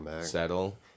settle